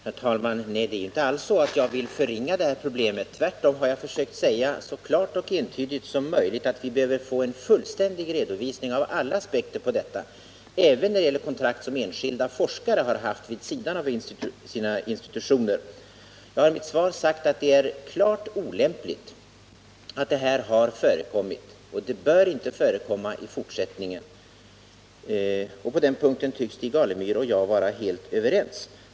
Herr talman! Nej, det är inte alls så att jag vill förringa det här problemet. Tvärtom har jag så klart och entydigt som möjligt försökt säga att vi behöver få en fullständig redovisning av alla aspekter på det — även när det gäller kontrakt som enskilda forskare har haft vid sidan av sina institutioner. Jag har i mitt svar sagt att det är klart olämpligt att detta har förekommit och att det inte bör förekomma i fortsättningen. På den punkten tycks Stig Alemyr och jag vara helt överens.